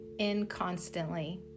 inconstantly